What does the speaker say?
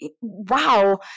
wow